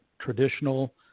traditional